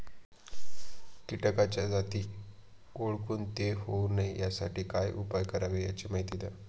किटकाच्या जाती ओळखून ते होऊ नये यासाठी काय उपाय करावे याची माहिती द्या